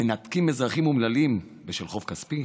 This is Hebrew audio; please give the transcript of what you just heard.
מנתקים אזרחים אומללים מחשמל בשל חוב כספי?